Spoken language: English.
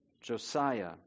Josiah